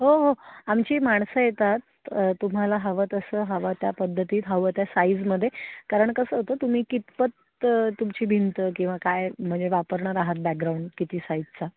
हो हो आमची माणसं येतात तुम्हाला हवं तसं हवं त्या पद्धतीत हवं त्या साईजमध्ये कारण कसं होतं तुम्ही कितपत तुमची भिंत किंवा काय म्हणजे वापरणार आहात बॅग्राऊंड किती साईजचा